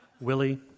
Willie